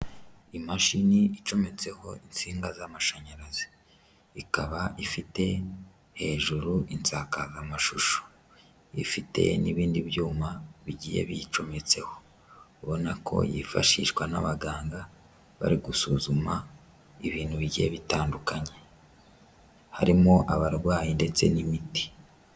Imashini icmetseho isinga z'amashanyarazi ikaba ifite hejuru insakazamashusho ifite n'ibindi byuma bigiye biyicometseho ubona ko yifashishwa n'abaganga bari gusuzuma ibintu bigiye bitandukanye harimo abarwayi ndetse n'imiti.